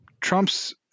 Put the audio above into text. Trump's